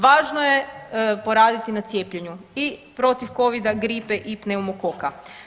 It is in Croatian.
Važno je poraditi na cijepljenju i protiv covida, gripe i pneumokoka.